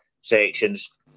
sections